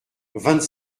vingt